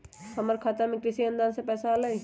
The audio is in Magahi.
हमर खाता में कृषि अनुदान के पैसा अलई?